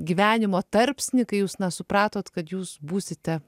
gyvenimo tarpsnį kai jūs na supratot kad jūs būsite